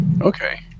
Okay